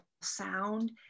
sound